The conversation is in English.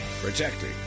protecting